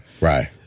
Right